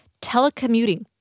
telecommuting